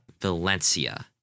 Valencia